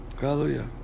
Hallelujah